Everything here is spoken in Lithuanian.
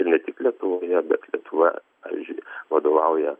ir ne tik lietuvoje bet lietuva pavyzdžiui vadovauja